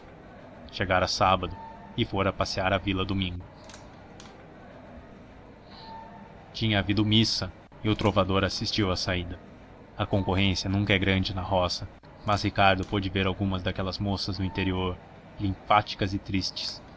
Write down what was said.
próxima chegara sábado e fora passear à vila domingo tinha havido missa e o trovador assistiu à saída a concorrência nunca é grande na roça mas ricardo pôde ver algumas daquelas moças do interior linfáticas e tristes